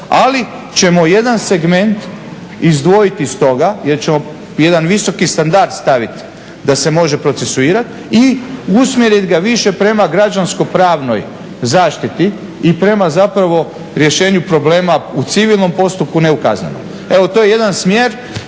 ali ćemo jedan segment izdvojiti iz toga jer ćemo jedan visoki standard staviti, da se može procesuirati i usmjeriti ga više prema građansko pravnoj zaštiti i prema zapravo rješenju problema u civilnom postupku, ne u kaznenom. Evo, to je jedan smjer,